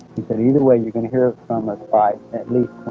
he said either way you're going to hear from us by at least